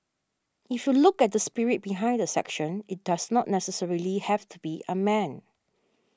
if you look at the spirit behind the section it does not necessarily have to be a man